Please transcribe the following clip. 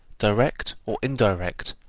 direct or indirect,